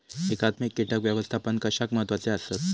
एकात्मिक कीटक व्यवस्थापन कशाक महत्वाचे आसत?